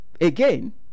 again